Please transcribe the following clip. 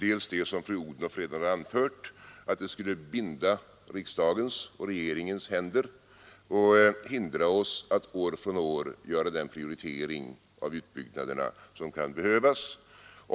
Ett är, som fru Odhnoff redan har anfört, att det skulle binda riksdagens och regeringens händer och hindra oss att år från år göra den prioritering av utbyggnaderna som kan behövas.